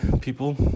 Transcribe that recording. people